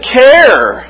care